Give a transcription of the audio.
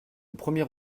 premier